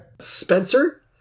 Spencer